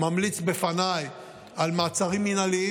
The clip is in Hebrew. ממליץ בפניי על מעצרים מינהליים,